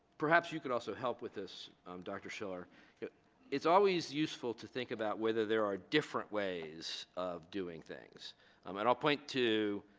perhaps you could also help with this doctor schiller it's always useful to think about whether there are different ways of doing things um and i'll point to